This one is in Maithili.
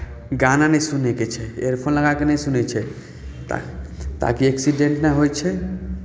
गाना नहि सुनयके छै इयरफोन लगा कऽ नहि सुनै छै ता ताकि एक्सीडेंट नहि होइ छै